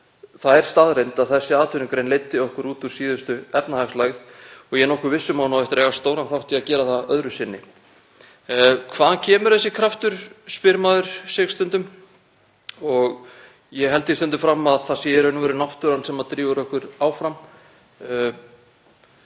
Það er staðreynd að þessi atvinnugrein leiddi okkur út úr síðustu efnahagslægð og ég er nokkuð viss um að hún á eftir að eiga stóran þátt í að gera það öðru sinni. „Hvaðan kemur þessi kraftur?“ spyr maður sig stundum og ég held því stundum fram að það sé í raun og veru náttúran sem drífur okkur áfram.